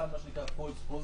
האחד מה שנקרא"false positive"